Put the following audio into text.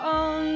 on